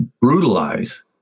brutalize